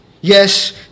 yes